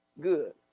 Good